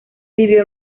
vivió